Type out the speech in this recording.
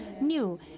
new